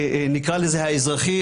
נקרא לזה האזרחי,